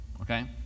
okay